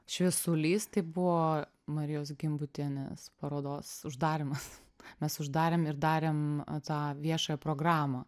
šviesulys tai buvo marijos gimbutienės parodos uždarymas mes uždarėm ir darėm tą viešąją programą